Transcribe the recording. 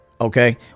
Okay